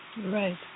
Right